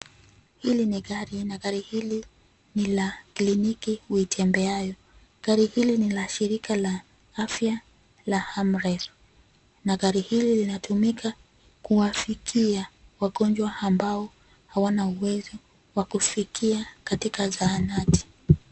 Hili ni gari, na gari hili ni la kliniki uitembeayo. Gari hili ni la shirika la afya la AMREF. Na gari hili linatumika kuwafikia, wagonjwa ambao, hawana uwezo wa kufikia, katika zahanati.